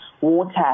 water